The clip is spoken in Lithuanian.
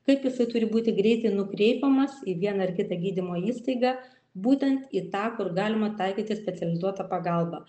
kaip jisai turi būti greitai nukreipiamas į vieną ar kitą gydymo įstaigą būtent į tą kur galima taikyti specializuotą pagalbą